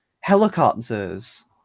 Helicopters